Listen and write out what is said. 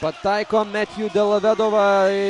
pataiko metju delovedova